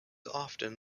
often